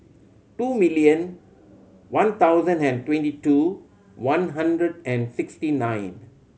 two million one thousand and twenty two one hundred and sixty nine